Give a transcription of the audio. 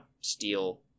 steal